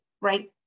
right